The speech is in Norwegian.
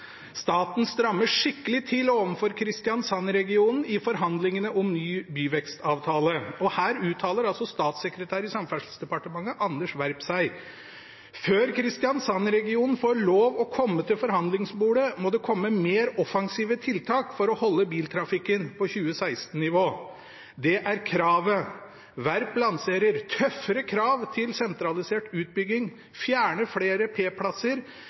staten «strammer skikkelig til overfor Kristiansand-regionen i forhandlingene om ny byvekstavtale». Her uttaler statssekretær i Samferdselsdepartementet Anders B. Werp seg: «Før Kristiansand-regionen får lov å komme til forhandlingsbordet, må det komme mer offensive tiltak for å holde biltrafikken på 2016-nivå. Det er kravet. Werp lanserer: Tøffere krav til sentralisert utbygging Fjerne flere